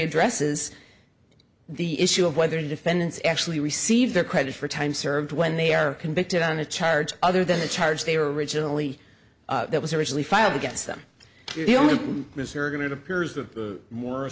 addresses the issue of whether the defendants actually receive the credit for time served when they are convicted on a charge other than the charge they were originally that was originally filed against them the only